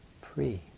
free